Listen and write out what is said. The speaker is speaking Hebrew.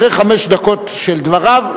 אחרי חמש דקות של דבריו,